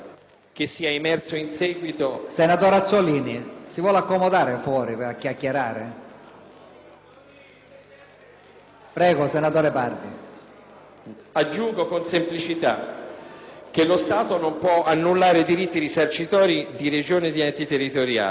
Prego, senatore Pardi,